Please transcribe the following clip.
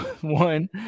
one